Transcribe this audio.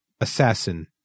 assassin